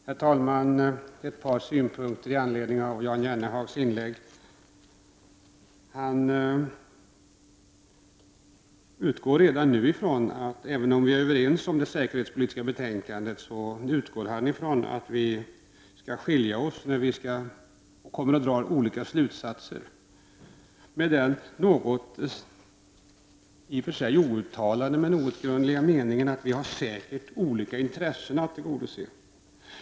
Herr talman! Ett par synpunkter med anledning av Jan Jennehags inlägg. Även om vi är överens om det säkerhetspoltiska betänkandet, utgår Jan Jennehag redan nu ifrån att vi kommer att dra olika slutsatser, med den i och för sig outtalade men outgrundliga meningen att vi säkert har olika intressen att tillgodose.